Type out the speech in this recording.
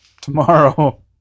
tomorrow